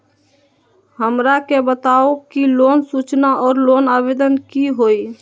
हमरा के बताव कि लोन सूचना और लोन आवेदन की होई?